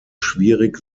schwierig